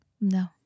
No